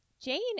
jane